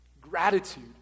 Gratitude